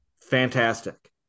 fantastic